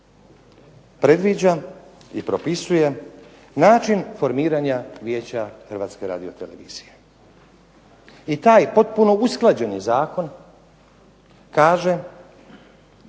predviđa i propisuje način formiranja vijeća Hrvatske radio-televizije i taj potpuno usklađeni zakon kaže